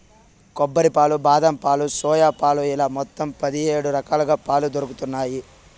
కొబ్బరి పాలు, బాదం పాలు, సోయా పాలు ఇలా మొత్తం పది హేడు రకాలుగా పాలు దొరుకుతన్నాయి